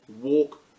Walk